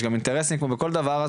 יש גם אינטרסים כמו בכל דבר,